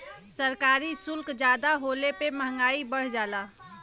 सरकारी सुल्क जादा होले पे मंहगाई बढ़ जाला